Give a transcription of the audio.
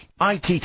ITT